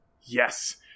Yes